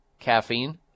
Caffeine